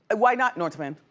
and why not, nortman?